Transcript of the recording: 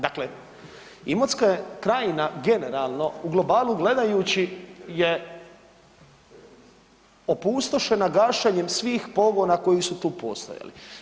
Dakle, Imotska krajina generalno u globalu gledajući je opustošena gašenjem svih pogona koji su tu postojali.